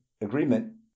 agreement